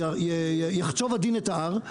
יחצוב הדין את ההר,